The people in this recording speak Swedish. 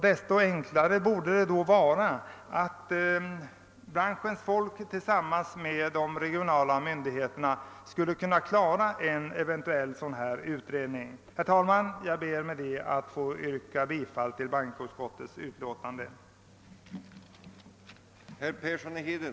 Desto enklare borde det då vara för branschens folk att tillsammans med de regionala organen genomföra en utredning av detta slag. Herr talman! Jag ber att få yrka bifall till utskottets hemställan.